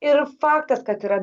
ir faktas kad yra